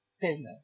business